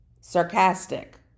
sarcastic